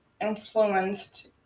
influenced